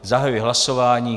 Zahajuji hlasování.